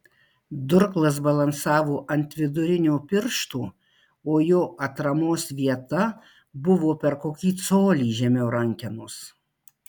durklas balansavo ant vidurinio piršto o jo atramos vieta buvo per kokį colį žemiau rankenos